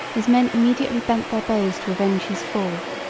his men immediately bent their bows to avenge his fall.